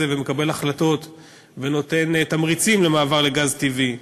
ומקבל החלטות ונותן תמריצים למעבר לגז טבעי.